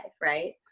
right